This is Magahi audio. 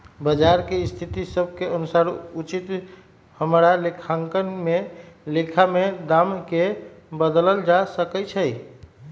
बजार के स्थिति सभ के अनुसार उचित हमरा लेखांकन में लेखा में दाम् के बदलल जा सकइ छै